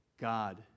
God